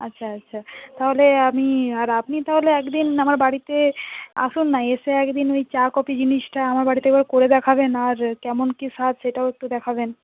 আচ্ছা আচ্ছা তাহলে আমি আর আপনি তাহলে এক দিন আমার বাড়িতে আসুন না এসে এক দিন ওই চা কফি জিনিসটা আমার বাড়িতে একবার করে দেখাবেন আর কেমন কী স্বাদ সেটাও একটু দেখাবেন